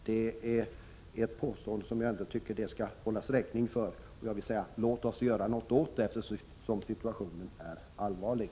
Det är ett påstående som jag tycker att Lars Ulander skall hållas räkning för. Och jag vill säga: Låt oss göra något åt situationen eftersom den är allvarlig.